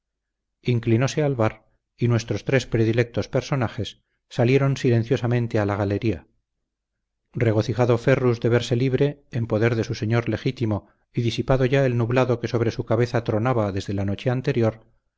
inclinóse alvar y nuestros tres predilectos personajes salieron silenciosamente a la galería regocijado ferrus de verse libre en poder de su señor legítimo y disipado ya el nublado que sobre su cabeza tronaba desde la noche anterior